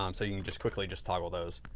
um so, you can just quickly just toggle those